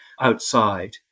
outside